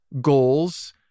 goals